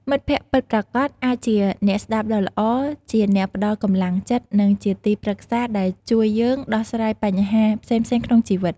មិត្តភក្តិពិតប្រាកដអាចជាអ្នកស្ដាប់ដ៏ល្អ ជាអ្នកផ្ដល់កម្លាំងចិត្ត និងជាទីប្រឹក្សាដែលជួយយើងដោះស្រាយបញ្ហាផ្សេងៗក្នុងជីវិត។